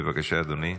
בבקשה, אדוני.